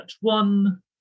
one